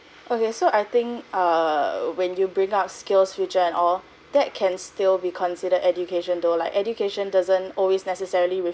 okay so I think err when you bring up skills future and all that can still be considered education though like education doesn't always necessarily